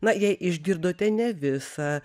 na jei išgirdote ne visą